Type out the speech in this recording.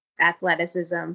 athleticism